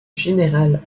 général